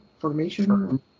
formation